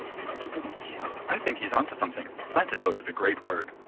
stupid mateo. i think he's onto something. plantidote is a great word